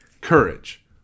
courage